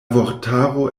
vortaro